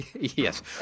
Yes